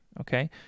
okay